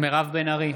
מירב בן ארי,